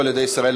בוודאי שהצבענו.